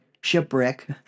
shipwreck